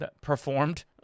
performed